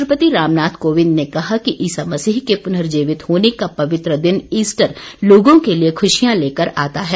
राष्ट्रपति रामनाथ कोविंद ने कहा कि ईसा मसीह के पुनर्जीवित होने का पवित्र दिन ईस्टर लोगों के लिए खुशियां लेकर आता है